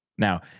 Now